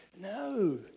no